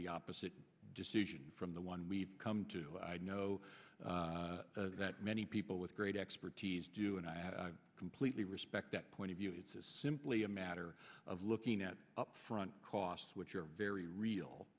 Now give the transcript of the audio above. the opposite decision from the one we've come to know that many people with great expertise do and i completely respect that point of view it's simply a matter of looking at upfront costs which are very real